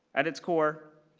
at its core,